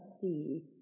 see